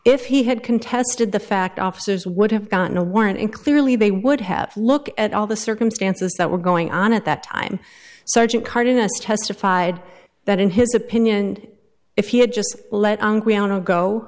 if he had contested the fact officers would have gotten a warrant and clearly they would have looked at all the circumstances that were going on at that time sergeant cardenas testified that in his opinion if he had just let